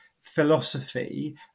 philosophy